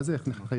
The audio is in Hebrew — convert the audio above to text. מה זה איך נחייב?